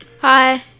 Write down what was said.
Hi